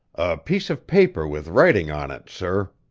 a piece of paper with writing on it, sir.